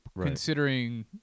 considering